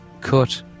cut